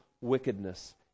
wickedness